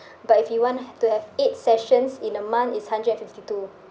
but if you want to have eight sessions in a month is hundred and fifty two